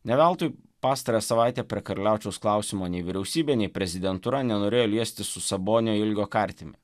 ne veltui pastarąją savaitę prie karaliaučiaus klausimo nei vyriausybė nei prezidentūra nenorėjo liestis su sabonio ilgio kartimi